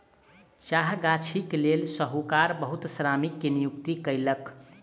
चाह गाछीक लेल साहूकार बहुत श्रमिक के नियुक्ति कयलक